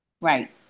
Right